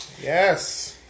yes